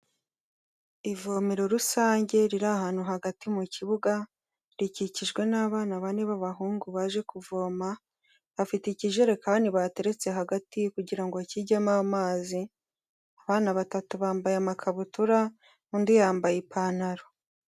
Ivomero rusange riri ahantu hagati mu kibuga, rikikijwe n'abana bane b'abahungu baje kuvoma, bafite ikijerekani bateretse hagati kugira ngo kijyemo amazi, abana batatu bambaye amakabutura, undi yambaye ipantaro.